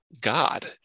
God